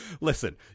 Listen